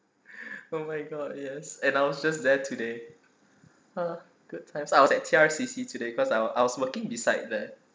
oh my god yes and I was just there today ah good times I was at T_R_C_C today cause I wa~ I was working beside there